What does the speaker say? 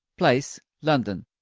place london.